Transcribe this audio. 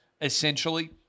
essentially